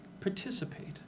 participate